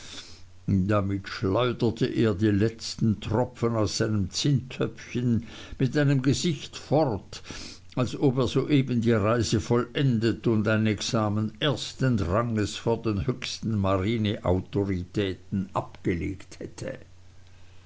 damit schleuderte er die letzten tropfen aus seinem zinntöpfchen mit einem gesicht fort als ob er soeben die reise vollendet und ein examen ersten ranges vor den höchsten marineautoritäten abgelegt hätte